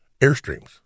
Airstreams